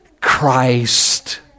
Christ